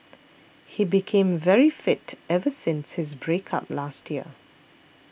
he became very fit ever since his break up last year